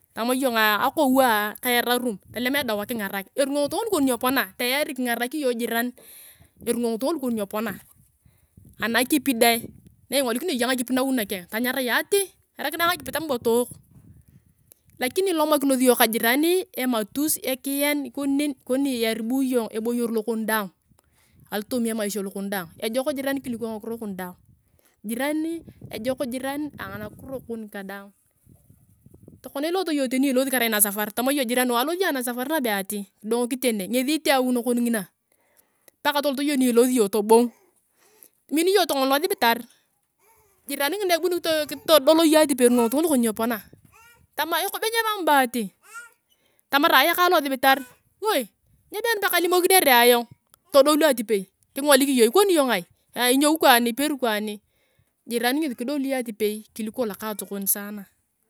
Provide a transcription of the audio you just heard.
Tama iyonga akoua ka erorum tolem edawa kingarak eringa ngitunga lukon nyepona, tayari kingarak iyong jiran eringa ngitunga lukon nyepona anakipi deng na ingolikiniea iyong eyaa ngakipi nawi nakeng tonyara iyong ati kingarakinae ngakipi tama bwa towok lakini ilomakinosi iyong ka jirani ematus ekiyen ikoni nen ikoni iyaribu iyong eboyer lokon daang alotomi emaisha lokon daang ejok jirani kuliko ngakiro kon daang jirani ejok jiran anakiro kon ka daang tokona ilot iyong tama iyong ilosi kerai nasapar tama iyong jirani alosia nasapar nabe ati kidong kite ne ngesi ite aui nakon ngina paka tolot iyong ni ilosi iyong aboung mini iyong tokona losibitar jiran ngina ebuni kitodol iyong atipei eringa ngitunga lukon nyepona tama ekoe be emam bo ati tumarae aeka losibitar woi nyebeen pa kalimokinere ayong todoul atipei kingolik iyong ikoni iyongai inyou kwani iperi kwani jiran ngesi kidoli iyong atipei kuliko lokatokon saana.